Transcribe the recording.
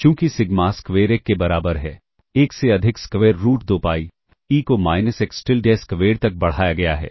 चूंकि sigma square 1 के बराबर है 1 से अधिक स्क्वेर रूट 2 पाई e को माइनस एक्स टिलडे स्क्वेर तक बढ़ाया गया है